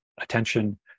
attention